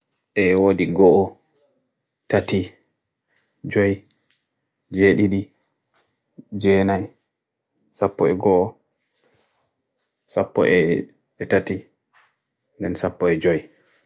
Ewa di Go'o Tati Joy Jay Jay Didi Jay Nai Sapo E Go'o Sapo E Tati Nen Sapo E Joy